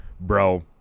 bro